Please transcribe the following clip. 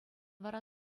вара